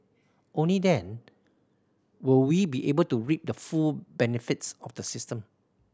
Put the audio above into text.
only then will we be able to reap the full benefits of the system